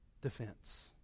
defense